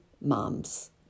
moms